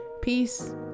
peace